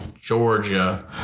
Georgia